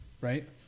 Right